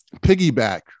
piggyback